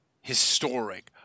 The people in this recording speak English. historic